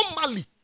Normally